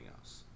else